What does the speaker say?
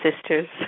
sisters